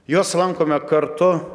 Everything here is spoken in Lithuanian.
juos lankome kartu